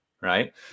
Right